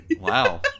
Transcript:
Wow